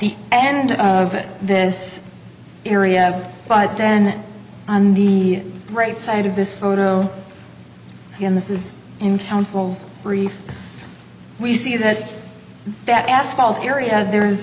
the end of it this area but then on the right side of this photo in this is in counsel's brief we see that that asphalt area there's